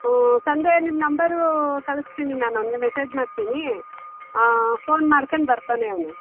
ಹ್ಞೂ ಸಂಜೆ ನಿಮ್ಮ ನಂಬರೂ ಕಳಿಸ್ತೀನಿ ನಾನು ಅವ್ನಿಗೆ ಮೆಸೇಜ್ ಮಾಡ್ತೀನಿ ಫೋನ್ ಮಾಡ್ಕಂಡು ಬರ್ತಾನೆ ಅವನು